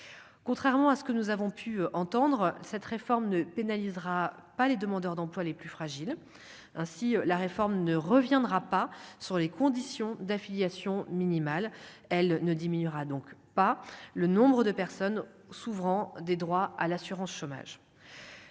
contrairement à ce que nous avons pu entendre cette réforme ne pénalisera pas les demandeurs d'emploi les plus fragiles, ainsi la réforme ne reviendra pas sur les conditions d'affiliation minimale: elle ne diminuera donc pas le nombre de personnes s'ouvrant des droits à l'assurance chômage,